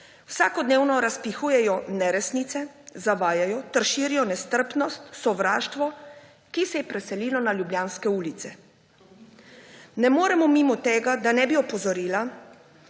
vsakodnevno razpihujejo neresnice, zavajajo ter širijo nestrpnost, sovraštvo, ki se je preselilo na ljubljanske ulice. Ne moremo mimo tega, da ne bi opozorila,